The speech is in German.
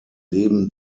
leben